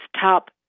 Top